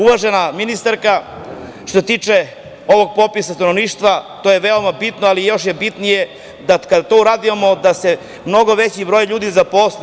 Uvažena ministarka, što se tiče ovog popisa stanovništva, to je veoma bitno, ali još je bitnije kad to uradimo, da se mnogo veći broj ljudi zaposli.